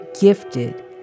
gifted